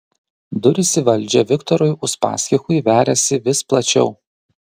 durys į valdžią viktorui uspaskichui veriasi vis plačiau